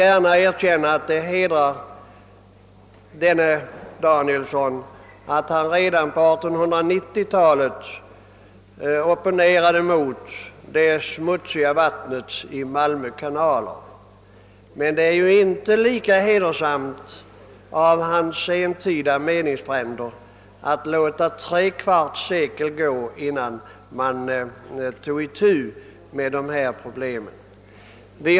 Jag erkänner gärna att det hedrar Axel Danielsson att han redan på 1890 talet opponerade mot det smutsiga vattnet i Malmö stads kanaler. Men det är ju inte lika hedersamt för hans sentida meningsfränder att de låtit tre kvarts sekel gå innan de tog itu med problemen.